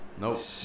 Nope